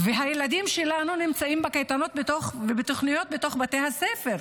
והילדים שלנו נמצאים בקייטנות ובתוכניות בתוך בתי הספר,